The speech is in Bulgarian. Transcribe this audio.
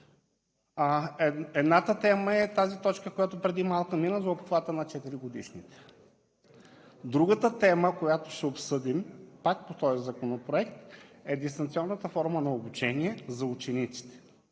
Едната тема е тази точка, която преди малко мина – за обхвата на четиригодишните. Другата тема, която ще обсъдим пак по този законопроект, е дистанционната форма на обучение за учениците.